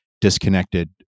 disconnected